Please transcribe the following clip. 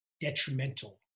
detrimental